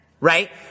Right